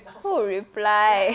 who will reply